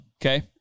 Okay